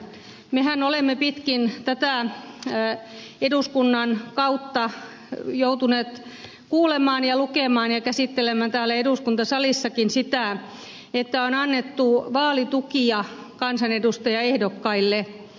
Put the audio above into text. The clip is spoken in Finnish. mehän olemme pitkin tätä eduskunnan kautta joutuneet kuulemaan ja lukemaan ja käsittelemään täällä eduskuntasalissakin sitä että on annettu vaalitukia kansanedustajaehdokkaille